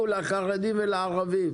בשל בעיות טכניות.